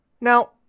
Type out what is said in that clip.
Now